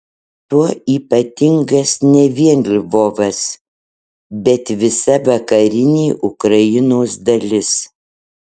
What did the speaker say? tuo ypatingas ne vien lvovas bet visa vakarinė ukrainos dalis